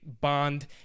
bond